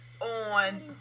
on